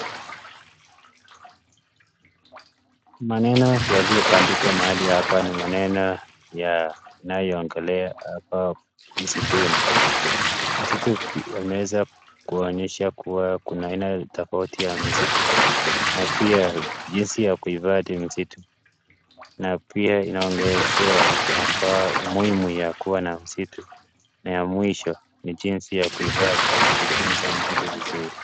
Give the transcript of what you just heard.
Maneno yaliyobandikwa hapa ni maneno yanayo ongelea hapa msituni, msitu hii wameweza kuonyesha kuna aina tofauti ya msituni na pia jinsi ya kuhifadhi msitu na pia inaongezea umuhimu ya kua na msitu na ya mwisho ni jinsi ya kuhifadhi ama kuitunza msitu vizuri.